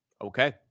Okay